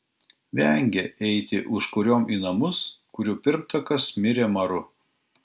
vengė eiti užkuriom į namus kurių pirmtakas mirė maru